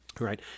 Right